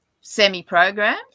semi-programmed